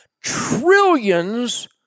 trillions